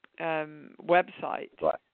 website